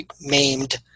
maimed